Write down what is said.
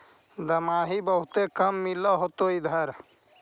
दमाहि बहुते काम मिल होतो इधर?